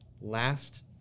last